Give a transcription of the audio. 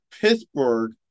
Pittsburgh